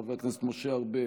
חבר הכנסת משה ארבל,